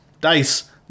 dice